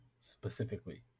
specifically